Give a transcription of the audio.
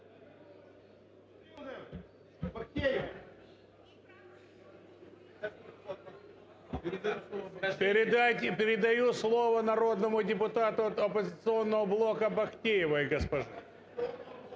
Передаю слово народному депутату от "Оппозиционного блока" Бехтеевой госпоже.